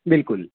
بالکل